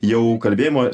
jau kalbėjimo